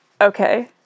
okay